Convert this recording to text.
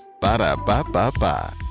Ba-da-ba-ba-ba